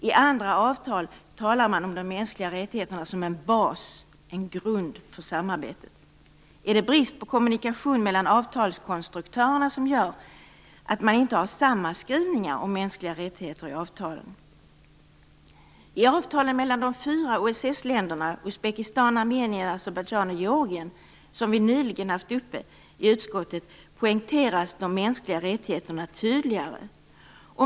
I andra avtal talar man om de mänskliga rättigheterna som en bas och en grund för samarbetet. Är det brist på kommunikation mellan avtalskonstruktörerna som gör att man inte har samma skrivningar om mänskliga rättigheter i avtalen? Armenien, Azerbajdzjan och Georgien, som vi nyligen tagit upp i utskottet, poängteras de mänskliga rättigheterna tydligare.